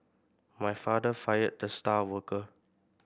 my father fired the star worker